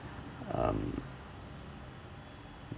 um